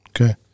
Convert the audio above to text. Okay